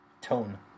tone